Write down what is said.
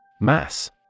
Mass